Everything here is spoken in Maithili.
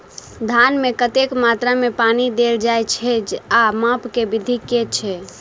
धान मे कतेक मात्रा मे पानि देल जाएँ छैय आ माप केँ विधि केँ छैय?